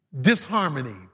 disharmony